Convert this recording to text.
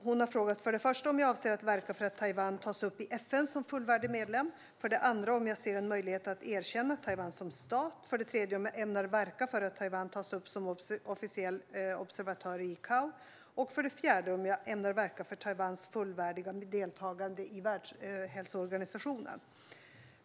Hon har frågat om jag avser att verka för att Taiwan tas upp i FN som fullvärdig medlem om jag ser en möjlighet att erkänna Taiwan som stat om jag ämnar verka för att Taiwan tas upp som officiell observatör i ICAO om jag ämnar verka för Taiwans fullvärdiga deltagande i Världshälsoorganisationen.